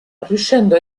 riuscendo